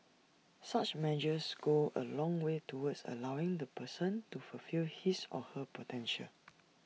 such measures go A long way towards allowing the person to fulfil his or her potential